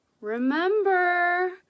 remember